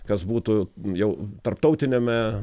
kas būtų jau tarptautiniame